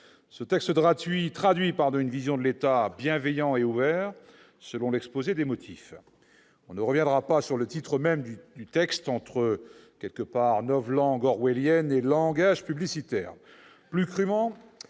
Ce texte traduit la vision d'un État « bienveillant et ouvert », selon l'exposé des motifs. Je ne reviendrai pas sur le titre même du texte, entre novlangue orwellienne et langage publicitaire ...